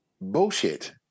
bullshit